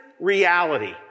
reality